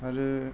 आरो